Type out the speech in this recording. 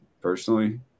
personally